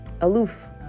aloof